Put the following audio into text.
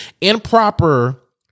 Improper